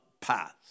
paths